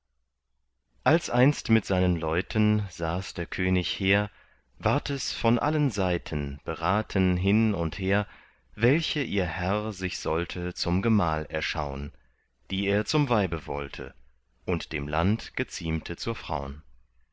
als einst mit seinen leuten saß der könig hehr ward es von allen seiten beraten hin und her welche ihr herr sich sollte zum gemahl erschaun die er zum weibe wollte und dem land geziemte zur fraun